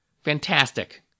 fantastic